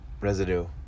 Residue